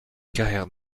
carrère